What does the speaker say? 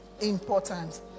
important